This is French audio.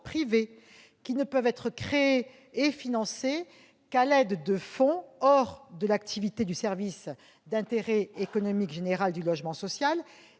privé, qui ne peuvent être créées et financées qu'à l'aide de fonds extérieurs à l'activité du service d'intérêt économique général du logement social.